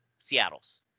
Seattles